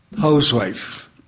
housewife